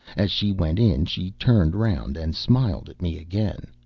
as she went in, she turned round and smiled at me again.